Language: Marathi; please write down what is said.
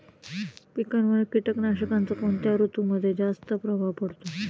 पिकांवर कीटकनाशकांचा कोणत्या ऋतूमध्ये जास्त प्रभाव पडतो?